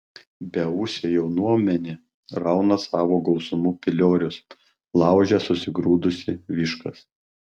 beūsė jaunuomenė rauna savo gausumu piliorius laužia susigrūdusi viškas